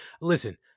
Listen